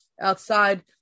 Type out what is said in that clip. outside